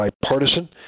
bipartisan